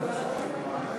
אחרים להכריע בעניין קטין),